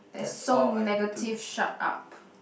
that's so negative shut up